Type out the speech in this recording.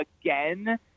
again